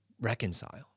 reconcile